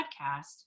podcast